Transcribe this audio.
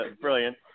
Brilliant